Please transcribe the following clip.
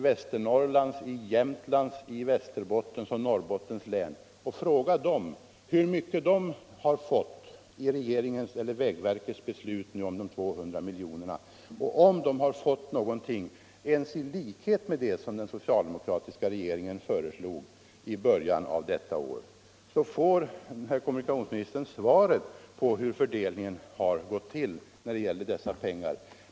Väslefnorrlands län, Jämtlands län, Västerbouens län och Norrbottens län och fråga dem hur mycket de har fått genom vägverkets beslut om de 200 miljoner kronorna, om de fått någonting ens i likhet med det som den socialdemokratiska regeringen föreslog i början av detta år. Då får herr kommunikationsministern svaret på hur fördelningen har gått till.